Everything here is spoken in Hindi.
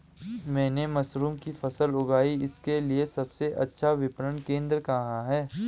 मैंने मशरूम की फसल उगाई इसके लिये सबसे अच्छा विपणन केंद्र कहाँ है?